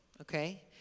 Okay